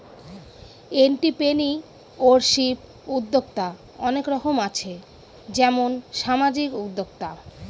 entrepreneurship উদ্যক্তা অনেক রকম আছে যেমন সামাজিক উদ্যোক্তা